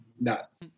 nuts